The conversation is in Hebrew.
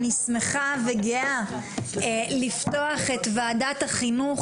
אני שמחה וגאה לפתוח את ועדת החינוך,